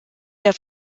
der